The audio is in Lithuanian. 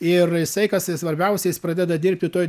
ir jisai kas svarbiausia jis pradeda dirbti toj